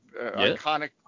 iconic